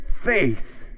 faith